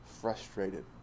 frustrated